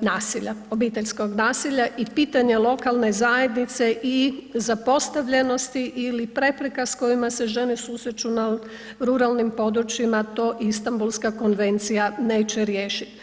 nasilja, obiteljskog nasilja i pitanje lokalne zajednice i zapostavljenosti ili prepreka s kojima žene susreću na ruralnim područjima, to Istanbulska konvencija neće riješiti.